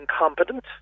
incompetent